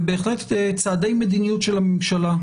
ובהחלט צעדי מדיניות של הממשלה,